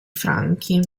franchi